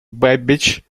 babbage